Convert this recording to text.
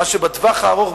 מה שבטווח הארוך,